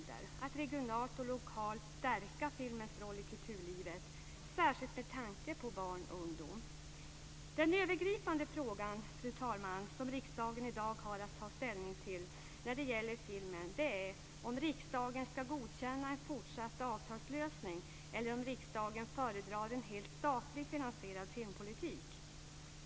Filmens roll bör regionalt och lokalt stärkas i kulturlivet, särskilt med tanke på barn och ungdom. Fru talman! Den övergripande frågan som riksdagen i dag har att ta ställning till när det gäller filmen är om riksdagen ska godkänna en fortsatt avtalslösning eller om riksdagen föredrar en helt statligt finansierad filmpolitik.